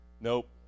Nope